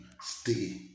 stay